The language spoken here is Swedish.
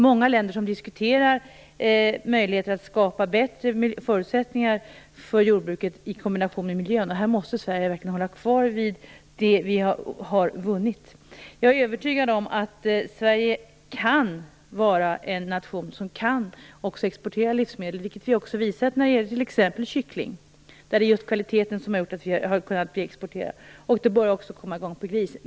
Många länder diskuterar möjligheten att skapa bättre förutsättningar för jordbruket i kombination med miljön. Här måste Sverige behålla det vi har vunnit. Jag är övertygad om att Sverige kan vara en nation som kan exportera livsmedel, vilket vi visat när det gäller t.ex. kyckling. Där har just kvaliteten gjort att vi har kunnat exportera. Detsamma borde vi kunna åstadkomma när det gäller gris.